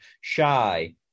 shy